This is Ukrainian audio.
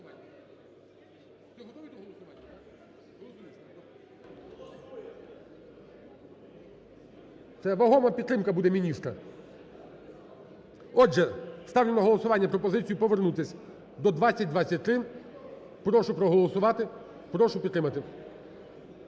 Це вагома підтримка буде міністра. Отже, ставлю на голосування пропозицію повернутись до 2023. Прошу проголосувати, прошу підтримати.